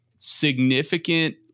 significant